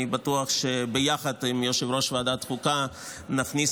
אני בטוח שביחד עם יושב-ראש ועדת החוקה נכניס